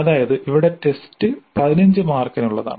അതായത് ഇവിടെ ടെസ്റ്റ് 15 മാർക്കിനുള്ളതാണ്